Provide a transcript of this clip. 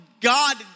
God